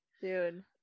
Dude